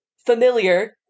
Familiar